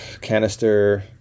canister